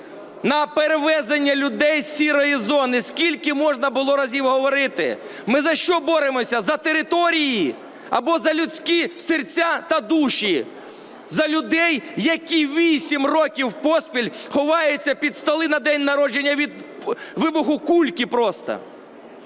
на перевезення людей з "сірої" зони. Скільки можна було разів говорити? Ми за що боремося: за території або за людські серця та душі, за людей, які вісім років поспіль ховаються під столи на день народження від вибуху кульки просто?